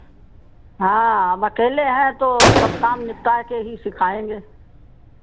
हाँ हम अकेले हैं तो सब काम निपटाए के ही सिखाएँगे